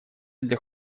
для